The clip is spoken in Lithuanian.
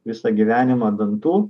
visą gyvenimą dantų